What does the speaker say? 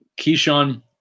Keyshawn